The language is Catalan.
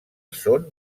són